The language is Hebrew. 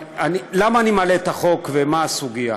למה אני מעלה את החוק ומה הסוגיה?